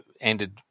ended